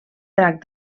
drac